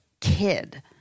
kid